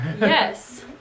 Yes